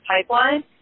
pipeline